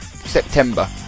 September